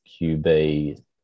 QB